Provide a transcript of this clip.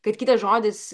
kad kitas žodis